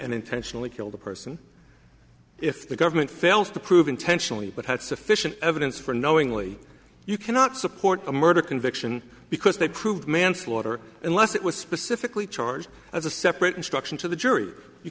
and intentionally killed a person if the government fails to prove intentionally but had sufficient evidence for knowingly you cannot support a murder conviction because they prove manslaughter unless it was specifically charged as a separate instruction to the jury you